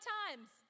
times